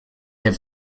have